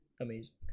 amazing